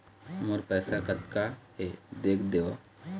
मोर पैसा कतका हे देख देव?